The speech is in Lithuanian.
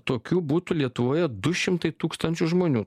tokių būtų lietuvoje du šimtai tūkstančių žmonių